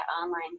online